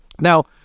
Now